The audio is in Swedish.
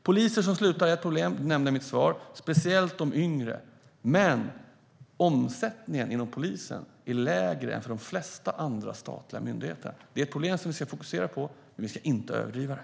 Poliser som slutar är ett problem - det nämnde jag i mitt svar - speciellt de yngre, men omsättningen inom polisen är lägre än för de flesta andra statliga myndigheter. Det är ett problem vi ska fokusera på, men vi ska inte överdriva det.